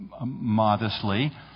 modestly